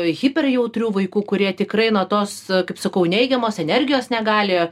hiper jautrių vaikų kurie tikrai na tos kaip sakau neigiamos energijos negali